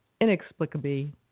inexplicably